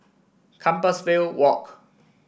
Compassvale Walk